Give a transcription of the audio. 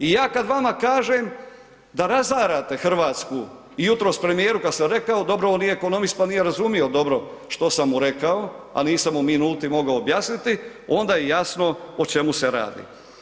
I ja kada vama kažem da razarate Hrvatsku i jutros premijeru kad sam rekao, dobro on nije ekonomist, pa nije razumio dobro što sam mu rekao a nisam mu u minuti mogao objasniti onda je jasno o čemu se radi.